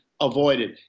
avoided